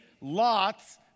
Lot's